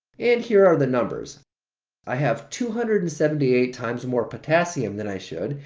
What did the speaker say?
and here are the numbers i have two hundred and seventy eight times more potassium than i should.